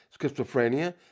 schizophrenia